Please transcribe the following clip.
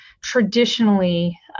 Traditionally